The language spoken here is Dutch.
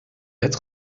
wet